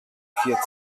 vier